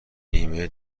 نیمه